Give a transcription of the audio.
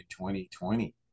2020